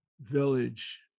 village